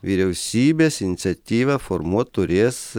vyriausybės iniciatyvą formuot turės